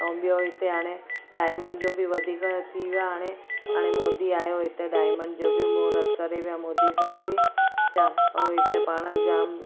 ऐं ॿियो हिते हाणे डाइमंड जो बि वधीक थी वियो आहे हाणे हाणे मोदी आहियो हुयो हिते डाइमंड जो बि मुहुर्त करे वियो आहे मोदी साहिब बि जाम ऐं हिते हाणे पाण जाम